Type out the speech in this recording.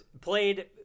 played